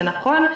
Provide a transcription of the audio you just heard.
זה נכון.